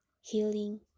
Healing